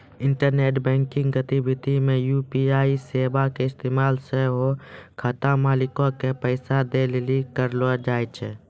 internet banking गतिविधि मे UPI सेबा के इस्तेमाल सेहो खाता मालिको के पैसा दै लेली करलो जाय छै